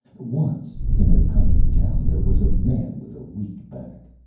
once in a country town there was a man with a weak back.